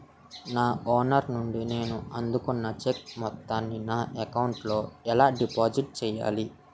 నా ఓనర్ నుండి నేను అందుకున్న చెక్కు మొత్తాన్ని నా అకౌంట్ లోఎలా డిపాజిట్ చేయాలి?